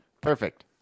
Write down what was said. Perfect